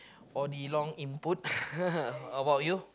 for the long input how about you